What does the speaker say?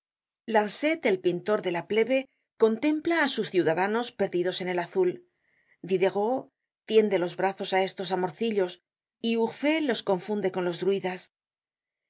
walteau larncet el pintor de la plebe contempla á sus ciudadanos perdidos en el azul diderot tiende los brazos á estos amorcillos y urfé los confunde con los druidas